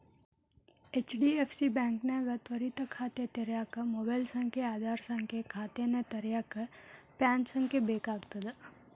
HDFC ಬಾಂಕ್ನ್ಯಾಗ ತ್ವರಿತ ಖಾತೆ ತೆರ್ಯೋಕ ಮೊಬೈಲ್ ಸಂಖ್ಯೆ ಆಧಾರ್ ಸಂಖ್ಯೆ ಖಾತೆನ ತೆರೆಯಕ ಪ್ಯಾನ್ ಸಂಖ್ಯೆ ಬೇಕಾಗ್ತದ